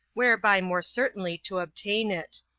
whereby more certainly to obtain it.